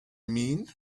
mean